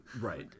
Right